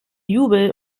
jubel